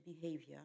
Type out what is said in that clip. behavior